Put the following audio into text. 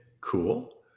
Cool